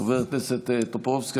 חבר הכנסת טופורובסקי,